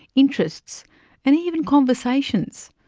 interests and even conversations.